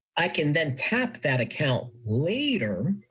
i can then tap that account later,